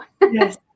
Yes